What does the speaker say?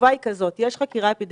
התשובה היא זאת: יש חקירה אפידמיולוגית